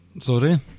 Sorry